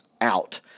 out